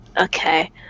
okay